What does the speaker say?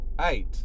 eight